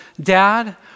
Dad